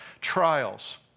trials